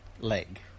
leg